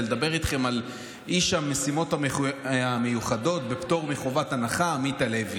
הוא לדבר איתכם על איש המשימות המיוחדות בפטור מחובת הנחה עמית הלוי.